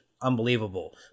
unbelievable